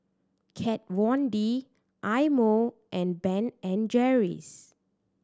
Kat Von D Eye Mo and Ben and Jerry's